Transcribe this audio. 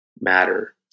matter